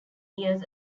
years